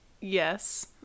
Yes